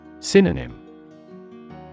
Synonym